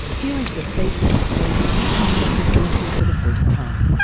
here is the face of the sphinx reconstructed correctly for the first time.